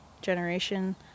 generation